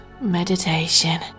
meditation